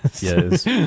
Yes